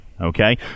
okay